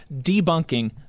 debunking